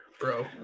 bro